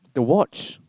the watch